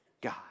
God